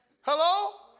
Hello